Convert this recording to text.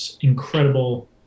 incredible